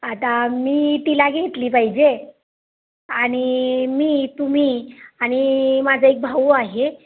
आता मी तिला घेतली पाहिजे आणि मी तुम्ही आणि माझा एक भाऊ आहे